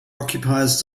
occupies